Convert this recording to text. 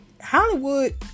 Hollywood